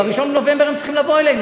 ב-1 בנובמבר הם צריכים לבוא אלינו,